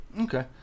Okay